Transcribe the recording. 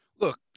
Look